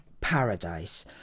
paradise